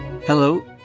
Hello